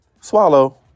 Swallow